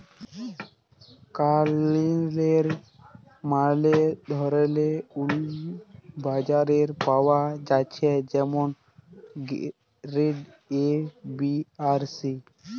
কাশ্মীরেল্লে ম্যালা ধরলের উল বাজারে পাওয়া জ্যাছে যেমল গেরেড এ, বি আর সি